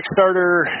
Kickstarter